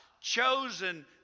chosen